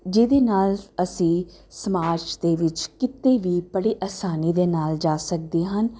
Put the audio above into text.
ਜਿਹਦੇ ਨਾਲ ਅਸੀਂ ਸਮਾਜ ਦੇ ਵਿੱਚ ਕਿਤੇ ਵੀ ਬੜੇ ਆਸਾਨੀ ਦੇ ਨਾਲ ਜਾ ਸਕਦੇ ਹਾਂ